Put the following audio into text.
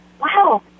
wow